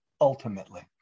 ultimately